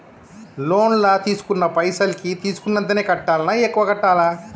Loan లా తీస్కున్న పైసల్ కి తీస్కున్నంతనే కట్టాలా? ఎక్కువ కట్టాలా?